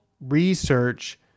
research